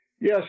Yes